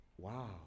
Wow